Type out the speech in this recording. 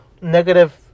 negative